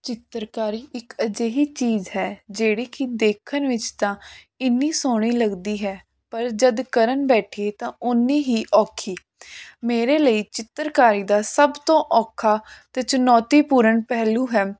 ਚਿੱਤਰਕਾਰੀ ਇੱਕ ਅਜਿਹੀ ਚੀਜ਼ ਹੈ ਜਿਹੜੀ ਕਿ ਦੇਖਣ ਵਿੱਚ ਤਾਂ ਇੰਨੀ ਸੋਹਣੀ ਲੱਗਦੀ ਹੈ ਪਰ ਜਦ ਕਰਨ ਬੈਠੀਏ ਤਾਂ ਉੰਨੀ ਹੀ ਔਖੀ ਮੇਰੇ ਲਈ ਚਿੱਤਰਕਾਰੀ ਦਾ ਸਭ ਤੋਂ ਔਖਾ ਅਤੇ ਚਣੌਤੀਪੂਰਨ ਪਹਿਲੂ ਹੈ